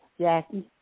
Jackie